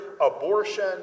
abortion